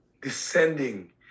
descending